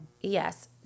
Yes